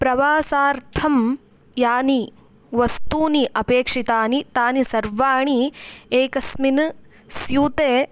प्रवासार्थं यानि वस्तूनि अपेक्षितानि तानि सर्वाणि एकस्मिन् स्यूते